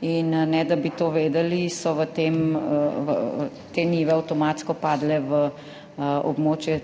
in ne da bi to vedeli, so v tem v te njive avtomatsko padle v območje